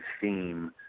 theme